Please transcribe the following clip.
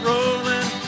Rolling